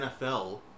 NFL